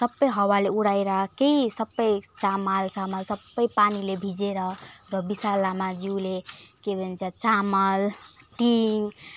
सबै हावाले उडाएर केही सबै चामल सामल सबै पानीले भिजेर र विशाल लामाज्यूले के भन्छ चामल टिन